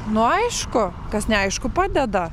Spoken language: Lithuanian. nu aišku kas neaišku padeda